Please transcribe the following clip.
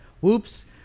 whoops